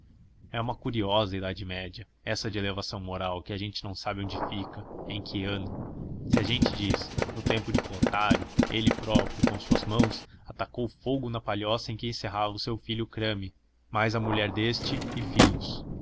é uma curiosa idade média essa de elevação moral que a gente não sabe onde fica em que ano se a gente diz no tempo de clotário ele próprio com suas mãos atacou fogo na palhoça em que encerrava o seu filho crame mais a mulher deste e filhos